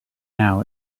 now